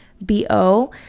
BO